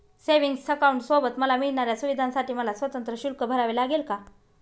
Savings अकाउंटसोबत मला मिळणाऱ्या सुविधांसाठी मला स्वतंत्र शुल्क भरावे लागेल का?